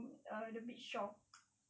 uh the big shore